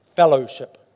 Fellowship